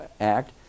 act